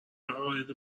عقاید